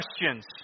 questions